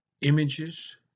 images